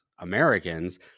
Americans